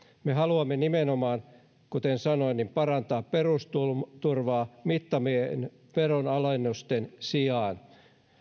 me haluamme nimenomaan kuten sanoin parantaa perusturvaa mittavien veronalennusten sijaan